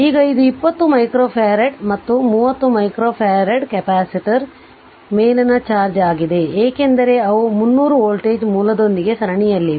ಈಗ ಇದು 20 ಮೈಕ್ರೋಫರಡ್ ಮತ್ತು 30 ಮೈಕ್ರೊಫರಾಡ್ ಕೆಪಾಸಿಟರ್ ಮೇಲಿನ ಚಾರ್ಜ್ ಆಗಿದೆ ಏಕೆಂದರೆ ಅವು 300 ವೋಲ್ಟೇಜ್ ಮೂಲದೊಂದಿಗೆ ಸರಣಿಯಲ್ಲಿವೆ